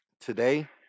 today